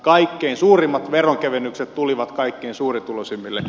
kaikkein suurimmat veronkevennykset tulivat kaikkein suurituloisimmille